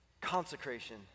Consecration